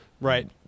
right